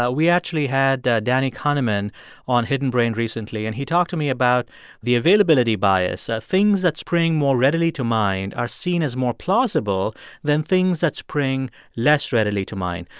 ah we actually had danny kahneman on hidden brain recently, and he talked to me about the availability bias. ah things that spring more readily to mind are seen as more plausible than things that spring less readily to mind.